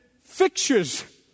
fixtures